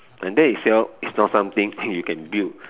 and that itself is not something that you can build